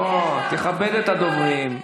תכבד את הדוברים.